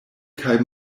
kaj